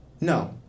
No